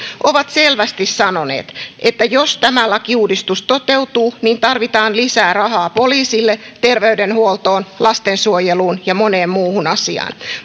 ovat selvästi sanoneet että jos tämä lakiuudistus toteutuu niin tarvitaan lisää rahaa poliisille terveydenhuoltoon lastensuojeluun ja moneen muuhun asiaan